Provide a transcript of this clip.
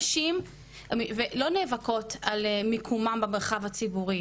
נשים לא נאבקות על מיקומן במרחב הציבורי.